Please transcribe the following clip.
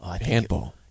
Handball